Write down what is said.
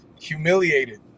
humiliated